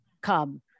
come